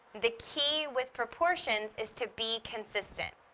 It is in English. the key with proportions is to be consistent.